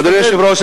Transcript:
אדוני היושב-ראש,